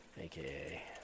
AKA